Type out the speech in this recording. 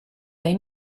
dai